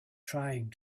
trying